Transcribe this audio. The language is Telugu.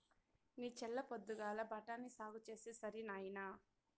నీ చల్ల పొద్దుగాల బఠాని సాగు చేస్తే సరి నాయినా